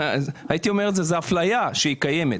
זו אפליה שקיימת.